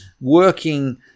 working